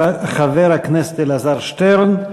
חבר הכנסת אלעזר שטרן,